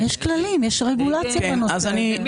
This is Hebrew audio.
יש כללים, יש רגולציה בנושא הזה.